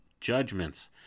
judgments